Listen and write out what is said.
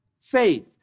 faith